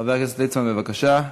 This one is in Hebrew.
חבר הכנסת ליצמן, בבקשה.